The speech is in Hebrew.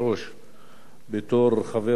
בתור חבר קואליציה,